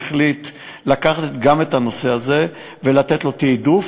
החליט לקחת גם את הנושא הזה ולתת לו תעדוף,